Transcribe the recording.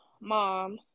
mom